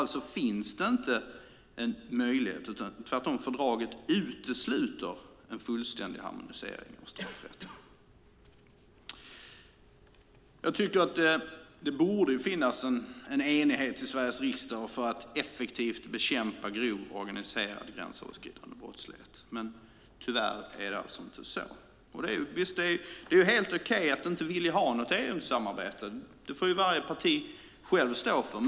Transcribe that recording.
Alltså finns det inte någon möjlighet till en fullständig harmonisering av straffrätten, utan fördraget utesluter tvärtom detta. Jag tycker att det borde finnas en enighet i Sveriges riksdag för att effektivt bekämpa grov organiserad gränsöverskridande brottslighet. Men tyvärr är det alltså inte så. Det är helt okej att inte vilja ha något EU-samarbete; det får ju varje parti själv stå för.